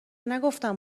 نگفتم